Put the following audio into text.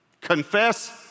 Confess